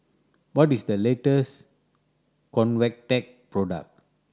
what is the latest Convatec product